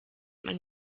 man